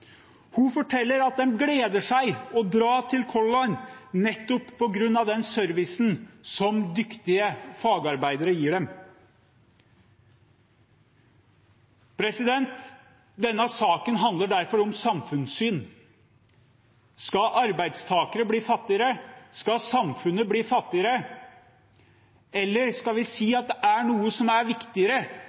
Hun forteller til Dagsavisen at hun gleder seg til å dra med Color Line nettopp på grunn av den servicen som dyktige fagarbeidere gir henne. Denne saken handler derfor om samfunnssyn. Skal arbeidstakere bli fattigere? Skal samfunnet bli fattigere? Eller skal vi si at det er noe som er viktigere?